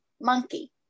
Monkey